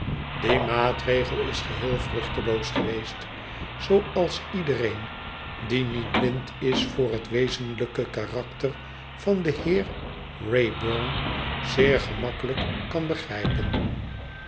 die maatregel is geheel vruchteloos geweest zooals iedereen die niet blind is voor het wezenlijke karakter van den heer wraybum zeer gemakkelijk kan begrijpen